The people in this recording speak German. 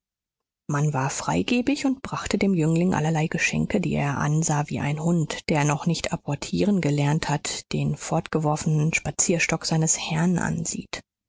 man war freigebig und brachte dem jüngling allerlei geschenke die er ansah wie ein hund der noch nicht apportieren gelernt hat den fortgeworfenen spazierstock seines herrn ansieht